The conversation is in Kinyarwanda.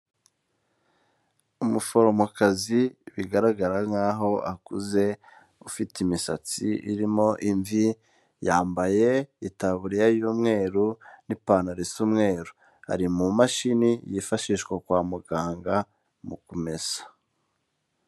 Umuforomokazi bigaragara nk'aho akuze, ufite imisatsi irimo imvi, yambaye itaburiya y'umweru n'ipantaro y'umweru ari mu mashini yifashishwa kwa muganga mu kumesa.